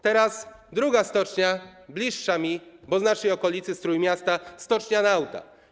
Teraz druga stocznia, bliższa mi, bo z naszej okolicy, z Trójmiasta, stocznia Nauta.